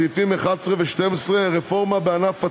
סעיפים 11 ו-12, רפורמה בענף הצאן.